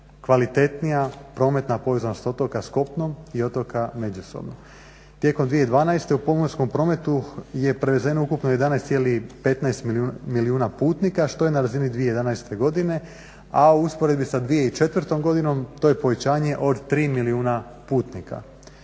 kvalitetnija prometna povezanost otoka s kopnom i otoka međusobno. Tijekom 2012. u pomorskom prometu je prevezeno ukupno 11,15 milijuna putnika što je na razini 2011. godine, a u usporedbi sa 2004. godinom to je povećanje od 3 milijuna putnika.